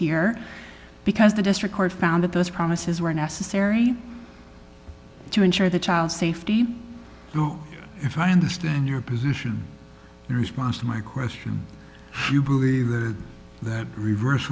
here because the district court found that those promises were necessary to ensure the child safety you know if i understand your position in response to my question if you believe that that reverse